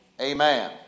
amen